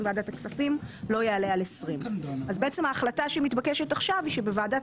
בוועדת הכספים לא יעלה על 20. ההחלטה שמתבקשת עכשיו היא שבוועדת